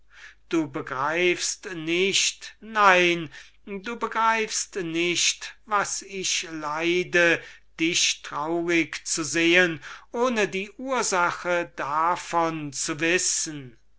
hervor du begreifst nicht nein du begreifst nicht was ich leide dich traurig zu sehen ohne die ursache davon zu wissen